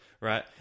right